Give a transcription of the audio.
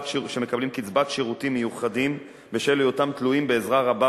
שמקבלים קצבת שירותים מיוחדים בשל היותם תלויים בעזרה רבה